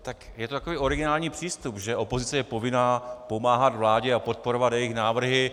Tak je to takový originální přístup, že opozice je povinná pomáhat vládě a podporovat jejich návrhy.